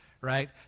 right